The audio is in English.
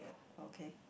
okay